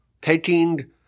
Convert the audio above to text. taking